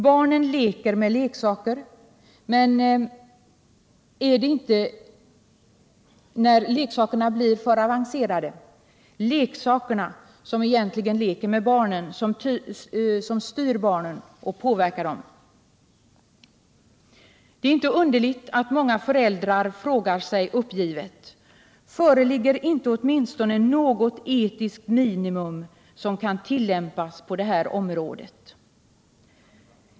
Barnen leker med leksaker, men är det inte egentligen leksakerna som, när de blir för avancerade, leker med barnen, som styr och påverkar dem? Det är inte underligt att många föräldrar frågar sig uppgivet: Föreligger inte åtminstone något etiskt minimum som kan tillämpas på det här området.